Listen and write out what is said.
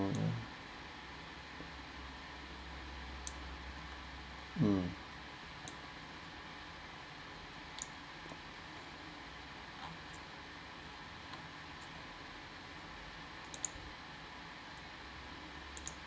mm